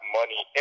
money